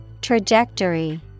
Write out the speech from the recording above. Trajectory